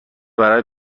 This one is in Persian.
برای